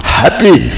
happy